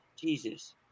Jesus